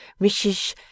Mrs